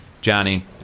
Johnny